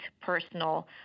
personal